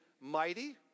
mighty